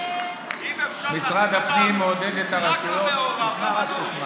אם אפשר להכניס אותם רק למעורב, למה לא?